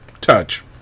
touch